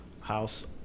House